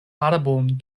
arbon